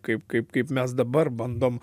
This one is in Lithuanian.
kaip kaip kaip mes dabar bandom